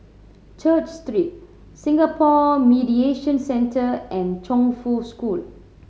Church Street Singapore Mediation Centre and Chongfu School